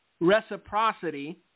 reciprocity